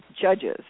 judges